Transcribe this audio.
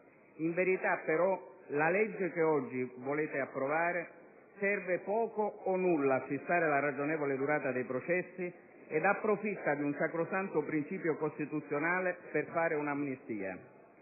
In verità, però, la legge che oggi volete approvare serve poco o nulla a fissare la ragionevole durata dei processi ed approfitta di un sacrosanto principio costituzionale per fare un'amnistia.